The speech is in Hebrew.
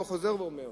וחוזר ואומר,